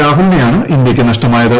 രാഹുലിനെയാണ് ഇന്ത്യയ്ക്ക് നഷ്ടമായത്